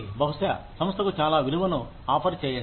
బహుశా సంస్థకు చాలా విలువను ఆఫర్ చేయండి